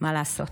מה לעשות,